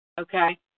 Okay